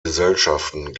gesellschaften